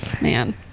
Man